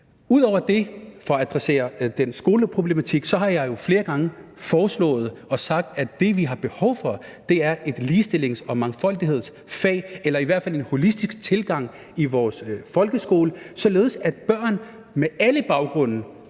Ud over det har jeg jo adresseret skoleproblematikken og flere gange sagt og foreslået, at det, vi har behov for, er et ligestillings- og mangfoldighedsfag eller i hvert fald en holistisk tilgang i vores folkeskole, således at børn med alle baggrunde